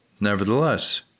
Nevertheless